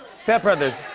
step brothers.